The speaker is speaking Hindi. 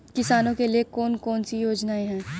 किसानों के लिए कौन कौन सी योजनाएं हैं?